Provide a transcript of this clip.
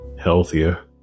healthier